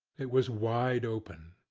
it was wide open.